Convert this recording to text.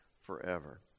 forever